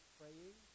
praying